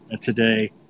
today